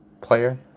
Player